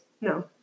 No